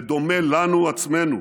בדומה לנו עצמנו.